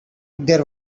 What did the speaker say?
there